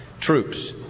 troops